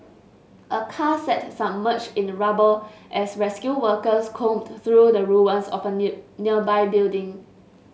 a car sat submerged in rubble as rescue workers combed through the ruins of a nearby building